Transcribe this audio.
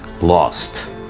Lost